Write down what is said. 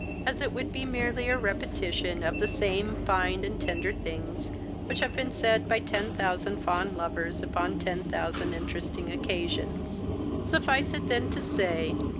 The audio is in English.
as it would be merely a repetition of the same fine and tender things which have been said by ten thousand fond lovers, upon ten thousand interesting occasions suffice it then to say,